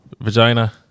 vagina